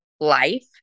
life